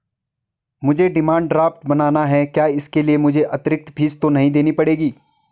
मुझे demand draft बनाना है क्या इसके लिए मुझे अतिरिक्त फीस तो नहीं देनी पड़ेगी?